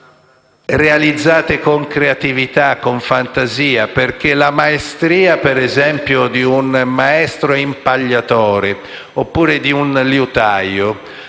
realizzate con creatività, con fantasia, perché la maestria di un maestro impagliatore o di un liutaio